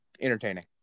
entertaining